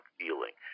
feeling